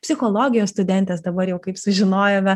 psichologijos studentės dabar jau kaip sužinojome